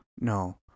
No